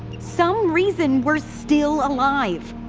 some reason we're still alive